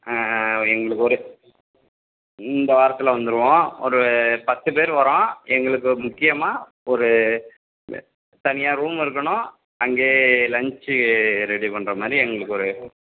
எங்களுக்கு ஒரு இந்த வாரத்தில் வந்துடுவோம் ஒரு பத்து பேரு வரோம் எங்களுக்கு முக்கியமாக ஒரு தனியாக ரூமு இருக்கணும் அங்கேயே லஞ்ச்சு ரெடி பண்ற மாதிரி எங்களுக்கு ஒரு